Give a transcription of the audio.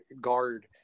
guard